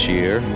year